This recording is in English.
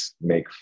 make